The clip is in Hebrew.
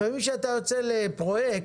לפעמים כשאתה יוצא לפרויקט